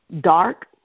dark